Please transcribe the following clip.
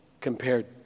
compared